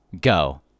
go